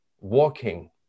walking